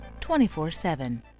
24-7